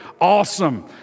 Awesome